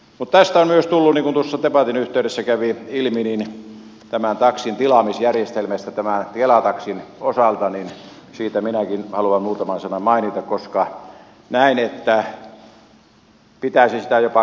mutta on myös tullut niin kuin tuossa debatin yhteydessä kävi ilmi viestiä taksintilaamisjärjestelmästä tämän kela taksin osalta ja siitä minäkin haluan muutaman sanan mainita koska pitäisin sitä jopa kartellina